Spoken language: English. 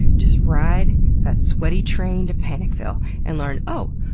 just ride that sweaty train to panicville and learn, oh,